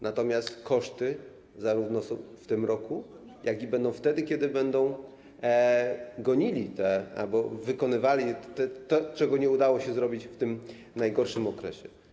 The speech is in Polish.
Natomiast koszty są zarówno w tym roku, jak i będą wtedy, kiedy będą gonili to albo wykonywali to, czego nie udało się zrobić w tym najgorszym okresie.